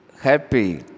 happy